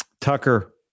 Tucker